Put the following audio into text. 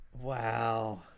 Wow